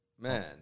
Man